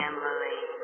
Emily